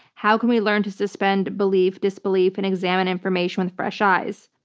how can we learn to suspend belief, disbelief, and examine information with fresh eyes?